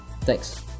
thanks